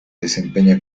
desempeña